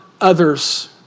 others